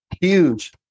huge